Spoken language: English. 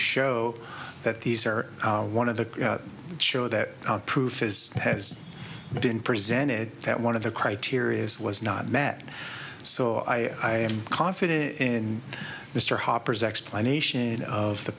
show that these are one of the show that proof is has been presented that one of the criteria is was not met so i am confident in mr hopper's explanation of the